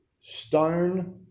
stone